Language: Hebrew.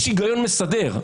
יש היגיון מסדר,